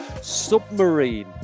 submarine